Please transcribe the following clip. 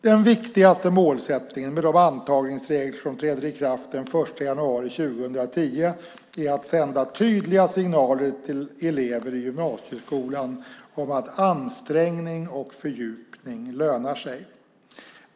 Den viktigaste målsättningen med de antagningsregler som träder i kraft den 1 januari 2010 är att sända tydliga signaler till elever i gymnasieskolan om att ansträngning och fördjupning lönar sig.